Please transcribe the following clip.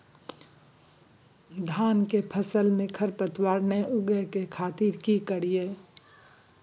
धान के फसल में खरपतवार नय उगय के खातिर की करियै?